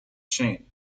chain